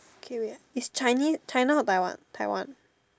okay wait it's Chinese China or Taiwan Taiwan